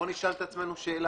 בואו נשאל את עצמנו שאלה.